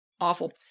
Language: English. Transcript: awful